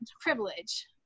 privilege